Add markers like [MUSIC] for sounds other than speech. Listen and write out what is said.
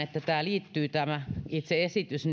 [UNINTELLIGIBLE] että tämä itse esitys [UNINTELLIGIBLE]